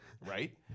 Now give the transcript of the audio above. right